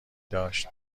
داشت